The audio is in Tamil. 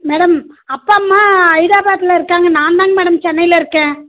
மேடம் அப்பாம்மா ஹைதராபாத்தில் இருக்காங்க நான்தாங்க மேடம் சென்னையில இருக்கேன்